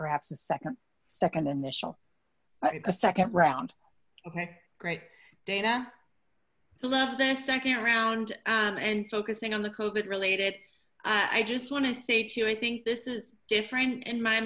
perhaps the second second initial the second round okay great dana loved the second round and focusing on the cove it related i just want to say too i think this is different in my